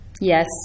Yes